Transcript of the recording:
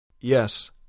Yes